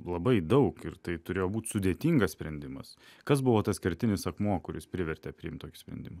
labai daug ir tai turėjo būt sudėtingas sprendimas kas buvo tas kertinis akmuo kuris privertė priimti tokį sprendimą